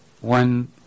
one